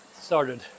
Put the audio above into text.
started